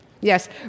Yes